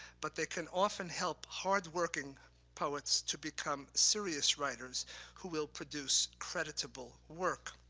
but they can often help hard-working poets to become serious writers who will produce creditable work.